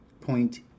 Point